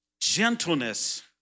gentleness